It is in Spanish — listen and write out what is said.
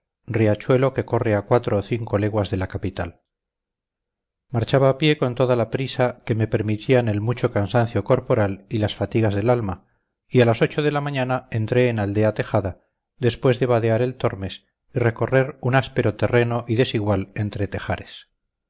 riachuelo que corre a cuatro o cinco leguas de la capital marchaba a pie con toda la prisa que me permitían el mucho cansancio corporal y las fatigas del alma y a las ocho de la mañana entré en aldea tejada después de vadear el tormes y recorrer un terreno áspero y desigual desde tejares